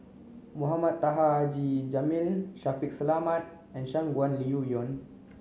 Mohamed Taha Haji Jamil Shaffiq Selamat and Shangguan Liuyun